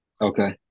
Okay